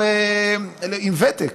או עם ותק,